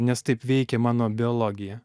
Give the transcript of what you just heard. nes taip veikia mano biologija